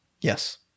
Yes